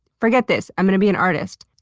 forget this! i'm gonna be an artist!